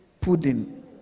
Pudding